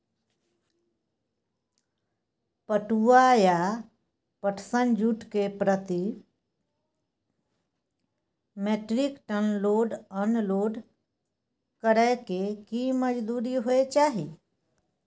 पटुआ या पटसन, जूट के प्रति metric tonne load unload करै के की मजदूरी होय चाही?